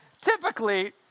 typically